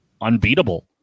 unbeatable